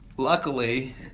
Luckily